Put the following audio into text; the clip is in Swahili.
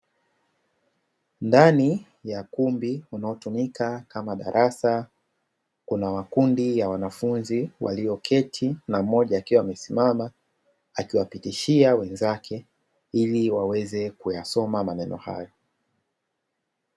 Ndani ya ukumbi unaotumika kama darasa, kuna makundi ya wanafunzi walioketi na mmoja akiwa amesimama akiwapitishia wenzake ili waweze kuyasoma maneno haya.